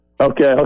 Okay